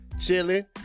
chilling